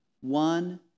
One